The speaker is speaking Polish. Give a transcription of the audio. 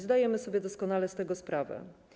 Zdajemy sobie doskonale z tego sprawę.